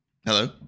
Hello